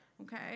Okay